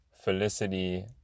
Felicity